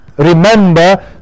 Remember